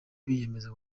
biyemeza